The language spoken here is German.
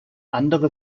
andere